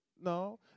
no